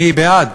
אני בעד.